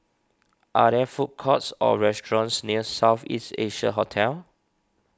are there food courts or restaurants near South East Asia Hotel